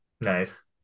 Nice